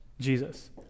Jesus